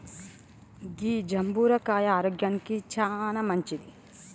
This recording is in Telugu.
గీ జంబుర కాయ ఆరోగ్యానికి చానా మంచింది